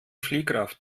fliehkraft